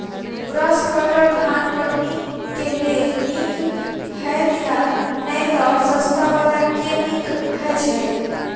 Brush cutter धान कटनी केँ लेल नीक हएत या नै तऽ सस्ता वला केँ नीक हय छै?